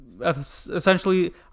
essentially